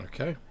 Okay